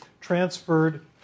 transferred